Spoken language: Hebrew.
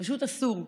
פשוט אסור.